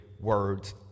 words